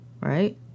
right